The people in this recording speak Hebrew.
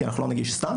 כי אנחנו לא נגיש סתם,